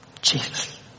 Jesus